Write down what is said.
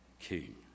king